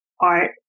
art